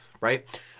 right